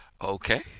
Okay